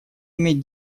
иметь